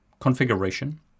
configuration